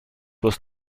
was